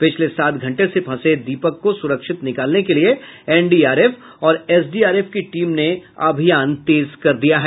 पिछले सात घंटे से फंसे दीपक को सुरक्षित निकालने के लिए एनडीआरएफ और एसडीआरएफ की टीम ने अभियान तेज कर दिया है